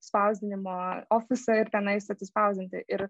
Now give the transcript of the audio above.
spausdinimo ofisą ir tenais atsispausdinti ir